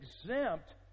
exempt